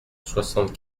soixante